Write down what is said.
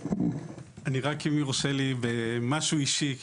רק אם יורשה לי, משהו אישי,